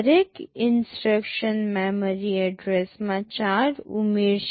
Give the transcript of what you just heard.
દરેક instruction memory એડ્રેસમાં 4 ઉમેરશે